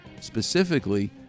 specifically